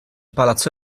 palazzo